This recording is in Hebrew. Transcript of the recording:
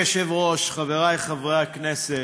אדוני היושב-ראש, חבריי חברי הכנסת,